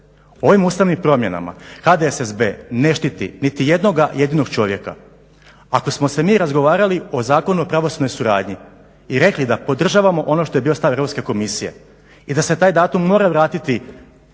Ovim ustavnim promjenama HDSSB ne štiti niti jednoga jedinog čovjeka. Ako smo se mi razgovarali o Zakonu o pravosudnoj suradnji i rekli da podržavamo ono što je bio stav Europske komisije i da se taj datum mora vratiti 1.